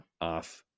off